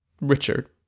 Richard